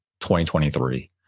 2023